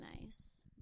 nice